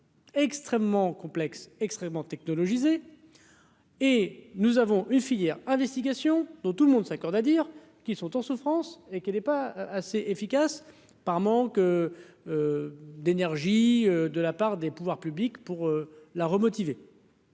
Extrêmement complexe, extrêmement technologisée et nous avons une filière. Investigations dont tout le monde s'accorde à dire qu'ils sont en souffrance et qu'elle est pas assez efficace. Par manque d'énergie, de la part des pouvoirs publics pour la remotiver.